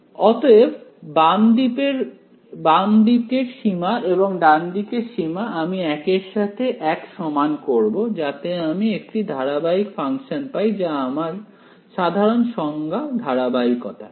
অতএব বামদিকের সীমা এবং ডান দিকের সীমা আমি একের সাথে এক সমান করব যাতে আমি একটি ধারাবাহিক ফাংশন পাই যা আমার সাধারণ সংজ্ঞা ধারাবাহিকতার